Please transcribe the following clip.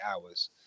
hours